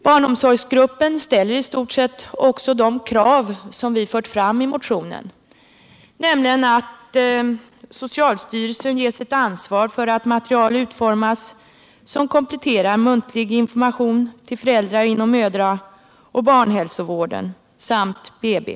Barnomsorgsgruppen ställer i stort sett också de krav som vi fört fram i motionen, nämligen att socialstyrelsen ges ett ansvar för att material utformas som kompletterar muntlig information till föräldrar inom mödraoch barnhälsovården samt BB.